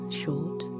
short